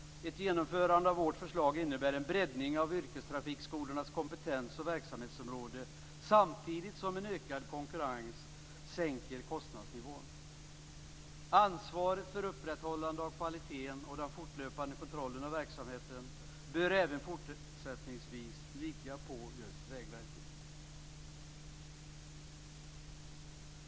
Ett genomförande av vårt förslag innebär en breddning av yrkestrafikskolornas kompetens och verksamhetsområde samtidigt som en ökad konkurrens sänker kostnadsnivån. Ansvaret för upprätthållandet av kvaliteten och den fortlöpande kontrollen av verksamheten bör även fortsättningsvis ligga på just Vägverket.